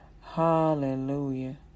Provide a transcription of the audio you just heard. Hallelujah